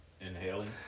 inhaling